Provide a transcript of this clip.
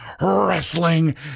wrestling